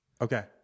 Okay